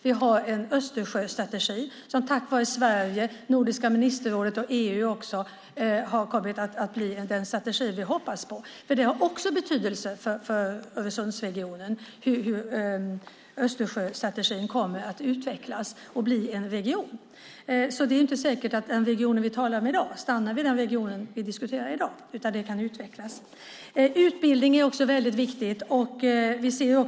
Vi har en Östersjöstrategi som tack vare Sverige, Nordiska ministerrådet och EU har kommit att bli den strategi vi hoppats på. Det har också betydelse för Öresundsregionen hur Östersjöstrategin kommer att utvecklas och bli en region. Det är inte säkert att den region vi talar om i dag stannar vid den regionen, utan den kan utvecklas. Utbildning är också väldigt viktigt.